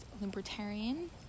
libertarian